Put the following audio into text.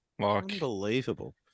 Unbelievable